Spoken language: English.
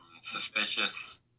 suspicious